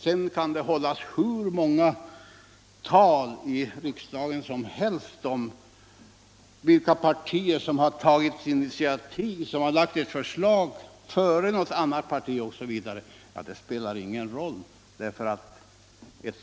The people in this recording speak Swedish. Det kan hållas hur många tal som helst i riksdagen om vilket parti som tagit initiativ och lagt fram förslag före något annat parti osv. — det spelar ingen roll.